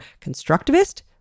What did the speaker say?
constructivist